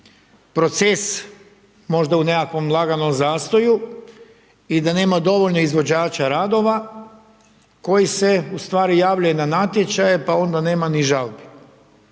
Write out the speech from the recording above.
proces možda u nekakvom laganom zastoju i da nema dovoljno izvođača radova koji se ustvari javljaju na natječaje pa onda nema ni žalbe.